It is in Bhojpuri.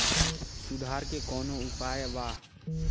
सुधार के कौनोउपाय वा?